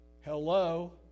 Hello